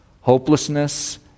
Hopelessness